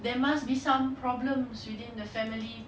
there must be some problems within the family